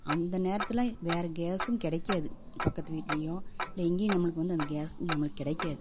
அந்த நேரத்தில் வேறு கேஸ்ஸும் கிடைக்காது பக்கத்துக்கு வீட்லேயும் இல்லை எங்கேயும் நம்மளுக்கு வந்து அந்த கேஸ் நம்மளுக்கு கிடைக்காது